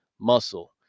muscle